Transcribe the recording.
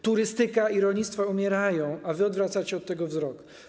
Turystyka i rolnictwo umierają, a wy odwracacie od tego wzrok.